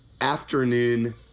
afternoon